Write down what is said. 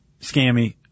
scammy